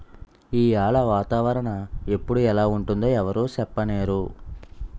ఈయాల వాతావరణ ఎప్పుడు ఎలా ఉంటుందో ఎవరూ సెప్పనేరు